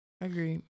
Agreed